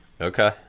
Okay